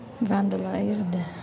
Vandalized